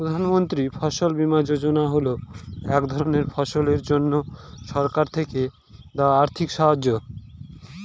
প্রধান মন্ত্রী ফসল বীমা যোজনা হল এক ধরনের ফসলের জন্যে সরকার থেকে দেওয়া আর্থিক সাহায্য